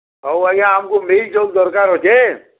ହଉ ଆଜ୍ଞା ଆମ୍କୁ ମିଲ୍ ଚଉଲ୍ ଦରକାର୍ ଅଛେ